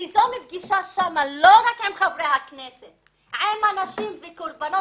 תיזום פגישה שם ולא רק עם חברי הכנסת אלא עם האנשים והקורבנות.